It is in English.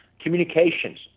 communications